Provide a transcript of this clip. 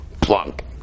plunk